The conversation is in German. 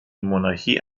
monarchie